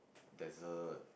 there's a